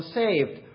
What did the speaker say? saved